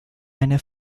eine